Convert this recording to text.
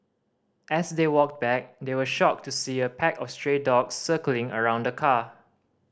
as they walked back they were shocked to see a pack of stray dogs circling around the car